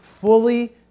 fully